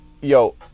yo